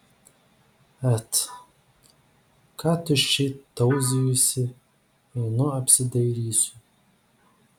et ką tuščiai tauzijusi einu apsidairysiu